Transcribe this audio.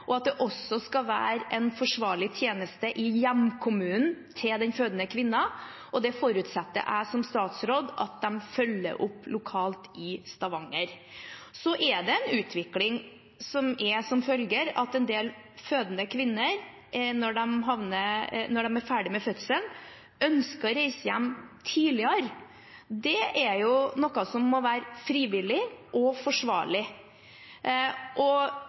og at det også skal være en forsvarlig tjeneste i hjemkommunen til den fødende kvinnen. Det forutsetter jeg som statsråd at de følger opp lokalt i Stavanger. Så er det en utvikling som er som følger: En del fødende kvinner, når de er ferdig med fødselen, ønsker å reise hjem tidligere. Det er noe som må være frivillig og forsvarlig, og